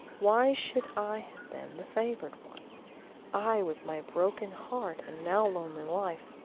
why should i have been the favored one i with my broken heart and now lonely life?